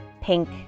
pink